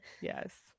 Yes